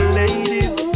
ladies